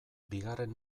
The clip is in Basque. bigarren